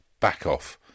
BACKOFF